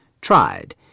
tried